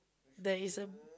there is a